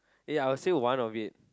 ya I will say one of it